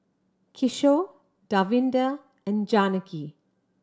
Kishore Davinder and Janaki